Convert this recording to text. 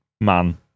man